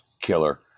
killer